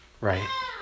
Right